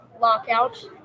lockout